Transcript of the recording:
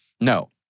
No